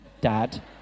Dad